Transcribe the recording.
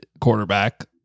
quarterback